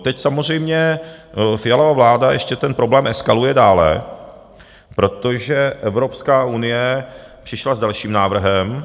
Teď samozřejmě Fialova vláda ještě ten problém eskaluje dále, protože Evropská unie přišla s dalším návrhem...